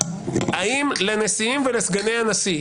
האם לנשיאים ולסגני הנשיא,